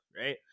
right